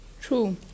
true